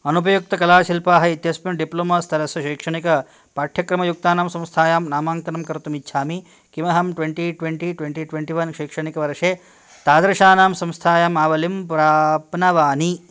अनुपयुक्तकलाशिल्पाः इत्यस्मिन् डिप्लोमा स्तरस्य शैक्षणिकपाठ्यक्रमयुक्तानां संस्थायां नामाङ्कनं कर्तुं इच्छामि किमहं twenty twenty twenty twenty one शैक्षणिकवर्षे तादृशानां संस्थायाम् आवलिं प्राप्नवानि